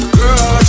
girl